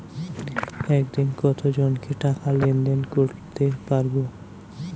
একদিন কত জনকে টাকা লেনদেন করতে পারবো?